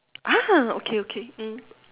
ah okay okay mm